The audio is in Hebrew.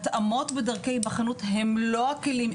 התאמות בדרכי היבחנות הם לא הכלים,